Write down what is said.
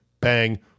bang